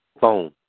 phone